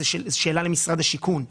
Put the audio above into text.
זאת שאלה למשרד השיכון.